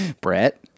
Brett